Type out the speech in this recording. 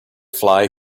fly